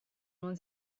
non